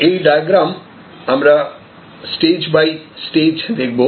এই ডায়াগ্রম আমরা stage by stage দেখব